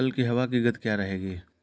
कल की हवा की गति क्या रहेगी?